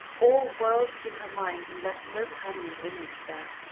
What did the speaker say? all whirled through her mind and left no permanent image there.